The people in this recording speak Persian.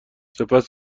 سپس